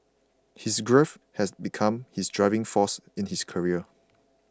his grief has become his driving force in his career